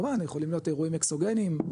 כמובן יכולים להיות אירועים אקסוגניים,